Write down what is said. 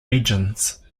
regions